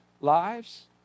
lives